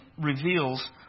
reveals